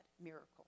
miracle